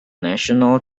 national